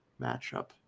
matchup